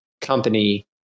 company